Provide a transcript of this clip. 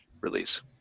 release